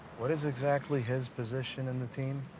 what is exactly his position in the team.